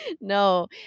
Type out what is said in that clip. No